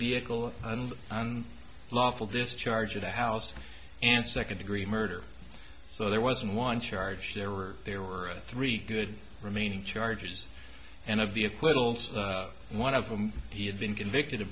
vehicle and lawful discharge of the house and second degree murder so there wasn't one charge there or there were three good remaining charges and of the acquittals one of them he had been convicted of